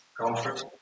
comfort